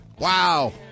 Wow